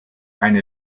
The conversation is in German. eine